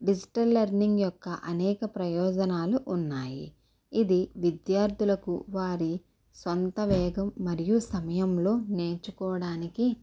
digital learning యొక్క అనేక ప్రయోజనాలు ఉన్నాయి ఇది విద్యార్థులకు వారి సొంత వేగం మరియు సమయంలో నేర్చుకోవడానికి